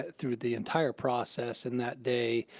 through the entire process in that day,